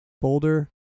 Boulder